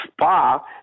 spa